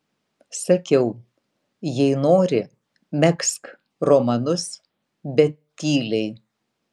sakiau jei nori megzk romanus bet tyliai